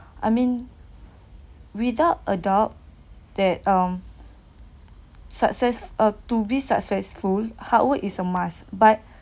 I mean without adult that um success uh to be successful hard work is a must but